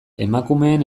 emakumeen